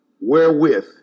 wherewith